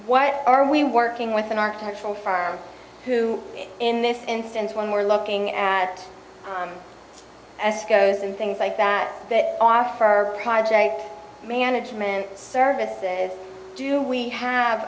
what are we working with an architectural firm who in this instance when we're looking at as goes and things like that that are for our project management service do we have